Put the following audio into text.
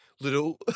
little